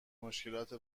مشکلات